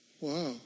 Wow